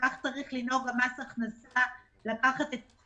וכך צריך לנהוג גם מס הכנסה לקחת את כל